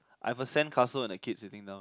I have a sand castle on the kid sitting down